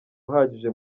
uhagije